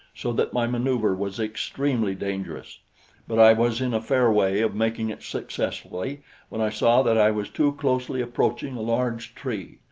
so that my maneuver was extremely dangerous but i was in a fair way of making it successfully when i saw that i was too closely approaching a large tree.